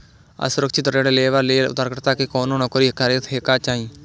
असुरक्षित ऋण लेबा लेल उधारकर्ता कें कोनो नौकरी करैत हेबाक चाही